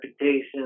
reputation